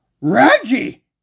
Raggy